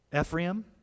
Ephraim